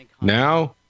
Now